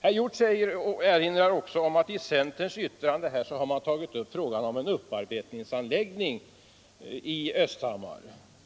vi det. Det konstaterar jag med tillfredsställelse. Herr Hjorth erinrar också om att man i centerns yttrande har tagit upp frågan om en upparbetningsanläggning i Östhammar.